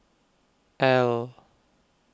Elle